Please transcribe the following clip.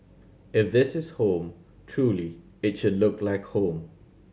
if this is home truly it should look like home